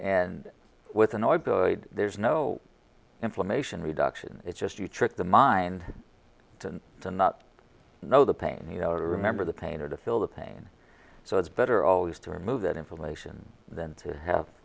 and with a noise there's no inflammation reduction it's just you trick the mind and to not know the pain you know to remember the pain or to fill the pain so it's better always to remove that information than to have